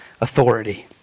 authority